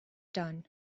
done